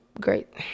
great